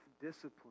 discipline